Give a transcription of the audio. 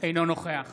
אינו נוכח